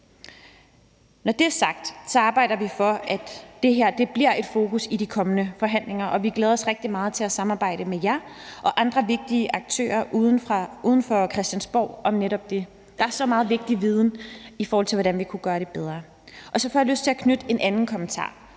Når det er sagt, arbejder vi for, at det her bliver et fokus i de kommende forhandlinger, og vi glæder os rigtig meget til at samarbejde med jer og andre vigtige aktører uden for Christiansborg om netop det. Der er så meget vigtig viden om, hvordan vi kunne gøre det bedre. Så får jeg lyst til at knytte en anden kommentar